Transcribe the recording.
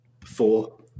four